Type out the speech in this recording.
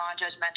non-judgmental